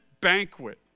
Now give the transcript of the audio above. banquet